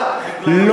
רק בגלל החוק.